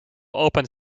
open